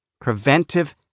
Preventive